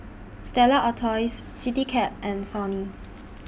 Stella Artois Citycab and Sony